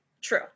True